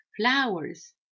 Flowers